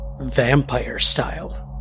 vampire-style